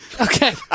Okay